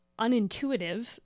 unintuitive